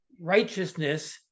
Righteousness